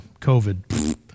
COVID